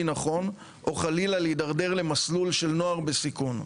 נכון או חלילה להידרדר למסלול של נוער בסיכון.